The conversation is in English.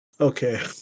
Okay